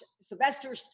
Sylvester